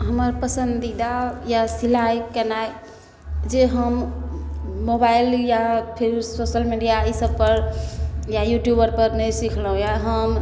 हमर पसन्दीदा यऽ सिलाइ केनाइ जे हम मोबाइल या फेस सोशल मीडिआ ईसबपर या यूट्यूबरपरमे नहि सिखलहुँए हम